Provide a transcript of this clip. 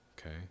Okay